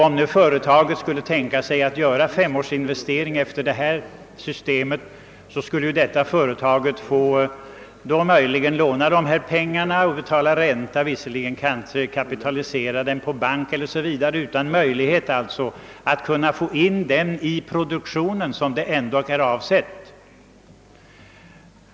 Om företaget skulle tänka sig att göra femårsinvesteringar efter detta system, så skulle ju detta företag möjligen få låna pengarna och betala ränta på dem; visserligen kanske kapitalisera dem på banken, men utan möjlighet alltså att sätta in dem i produktionen, som avsikten ändock varit.